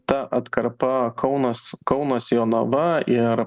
ta atkarpa kaunas kaunas jonava ir